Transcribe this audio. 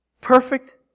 perfect